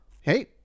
Hey